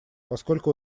поскольку